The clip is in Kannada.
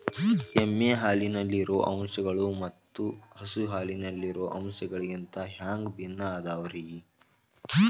ಎಮ್ಮೆ ಹಾಲಿನಲ್ಲಿರೋ ಅಂಶಗಳು ಮತ್ತ ಹಸು ಹಾಲಿನಲ್ಲಿರೋ ಅಂಶಗಳಿಗಿಂತ ಹ್ಯಾಂಗ ಭಿನ್ನ ಅದಾವ್ರಿ?